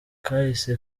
kahise